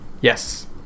Yes